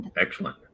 Excellent